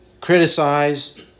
criticize